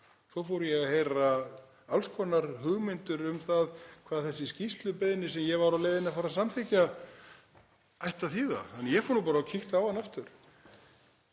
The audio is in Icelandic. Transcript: Svo fór ég að heyra alls konar hugmyndir um það hvað þessi skýrslubeiðni, sem ég var á leiðinni að fara að samþykkja, ætti að þýða þannig að ég fór bara og kíkti á hana aftur.